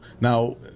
now